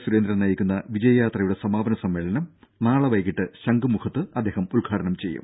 സുരേന്ദ്രൻ നയിക്കുന്ന വിജയ യാത്രയുടെ സമാപന സമ്മേളനം നാളെ വൈകിട്ട് ശംഖുമുഖത്ത് അദ്ദേഹം ഉദ്ഘാടനം ചെയ്യും